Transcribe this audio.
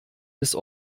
bis